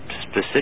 specific